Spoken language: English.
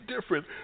different